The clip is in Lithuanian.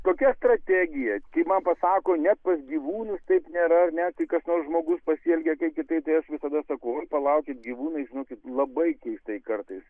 kokia strategija kai man pasako ne pas gyvūnų taip nėra ar ne tai kas nors žmogus pasielgė kaip kitaip tai aš visada sakau palaukit gyvūnai žinokit labai keistai kartais